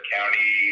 County